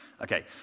Okay